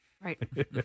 Right